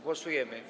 Głosujemy.